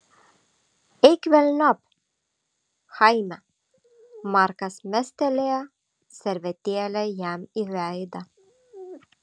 eik velniop chaime markas mestelėjo servetėlę jam į veidą